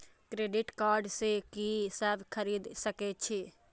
Credit card से की सब खरीद सकें छी?